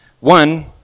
one